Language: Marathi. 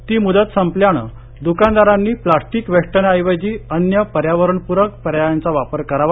ती मुदत संपल्याने दुकानदारांनी प्लास्टिक पॅकेजिंग मटेरियल ऐवजी अन्य पर्यावरणपूरक पर्यायांचा वापर करावा